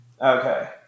Okay